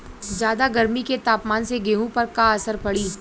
ज्यादा गर्मी के तापमान से गेहूँ पर का असर पड़ी?